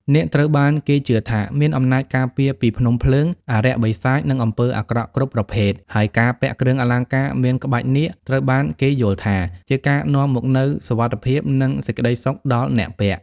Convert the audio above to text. នាគត្រូវបានគេជឿថាមានអំណាចការពារពីភ្នំភ្លើង អារក្សបិសាច និងអំពើអាក្រក់គ្រប់ប្រភេទ ហើយការពាក់គ្រឿងអលង្ការមានក្បាច់នាគ ត្រូវបានគេយល់ថាជាការនាំមកនូវ សុវត្ថិភាព និង សេចក្តីសុខ ដល់អ្នកពាក់។